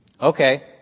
Okay